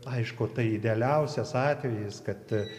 aišku tai idealiausias atvejis kad